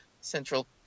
Central